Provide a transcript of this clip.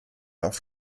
auf